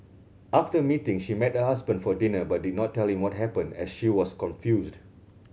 after the meeting she met her husband for dinner but did not tell him what happened as she was confused